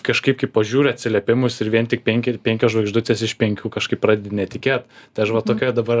kažkaip kaip pažiūri atsiliepimus ir vien tik penki penkios žvaigždutės iš penkių kažkaip pradedi netikėt tai aš va tokioj dabar